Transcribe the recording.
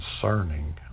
concerning